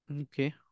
Okay